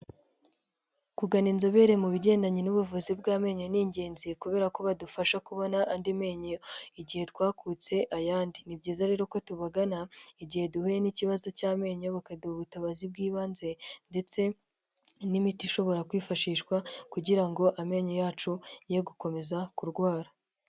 Kugana inzobere mu bigendanye n'ubuvuzi bw'amenyo ni ingenzi kubera ko badufasha kubona andi menyo igihe twakutse ayandi. Ni byiza rero ko tubagana igihe duhuye n'ikibazo cy'amenyo bakaduha ubutabazi bw'ibanze, ndetse n'imiti ishobora kwifashishwa kugira ngo amenyo yacu ye gukomeza kurwara.